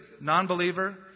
non-believer